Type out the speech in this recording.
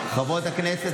חברות הכנסת,